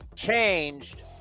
changed